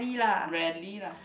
rarely lah